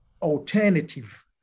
Alternative